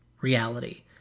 reality